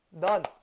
Done